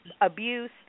abuse